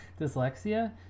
Dyslexia